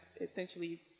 essentially